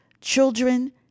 children